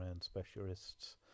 specialists